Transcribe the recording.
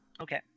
Okay